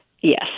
Yes